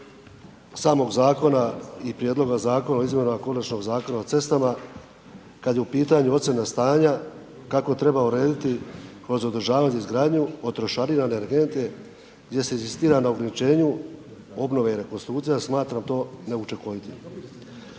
samog zakona i prijedloga zakona o izmjenama konačnog Zakona o cestama kad je pitanju ocjena stanja, kako treba urediti kroz održavanje izgradnju, trošarina na energente gdje se inzistira na uključenju obnove i rekonstrukcije, smatram to neučinkovitim.